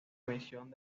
emisión